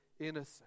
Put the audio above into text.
innocent